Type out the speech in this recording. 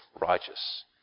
righteous